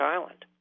Island